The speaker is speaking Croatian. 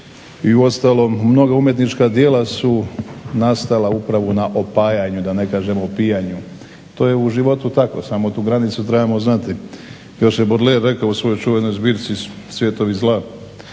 I uostalom mnoga umjetnička djela su nastala upravo na opajanju da ne kažem opijanju. To je u životu tako, samo tu granicu trebamo znati. Još je Baudelaire rekao u svojoj čuvenoj zbirci Cvjetovi zla